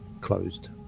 closed